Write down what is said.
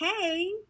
Hey